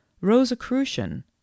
Rosicrucian